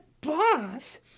boss